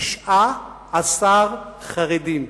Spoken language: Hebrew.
19 חרדים.